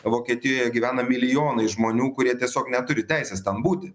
vokietijoje gyvena milijonai žmonių kurie tiesiog neturi teisės ten būti